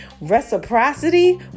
Reciprocity